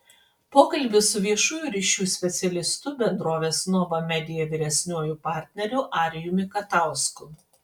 pokalbis su viešųjų ryšių specialistu bendrovės nova media vyresniuoju partneriu arijumi katausku